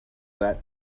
that